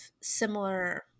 similar